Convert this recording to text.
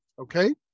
Okay